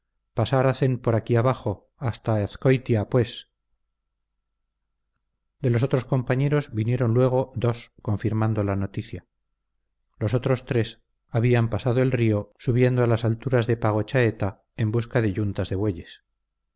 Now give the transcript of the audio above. pasar hacen por aquí bajo hacia azcoitia pues de los otros compañeros vinieron luego dos confirmando la noticia los otros tres habían pasado el río subiendo a las alturas de pagochaeta en busca de yuntas de bueyes